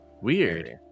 Weird